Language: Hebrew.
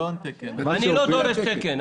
אני לא דורש תקן.